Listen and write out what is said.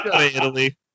Italy